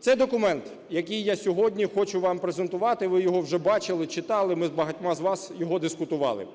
Це документ, який я сьогодні хочу вам презентувати, ви його вже бачили, читали, ми з багатьма з вас його дискутували.